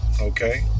Okay